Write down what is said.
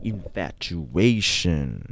Infatuation